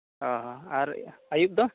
ᱚᱼᱦᱚ ᱟᱨ ᱟᱹᱭᱩᱵᱫᱚ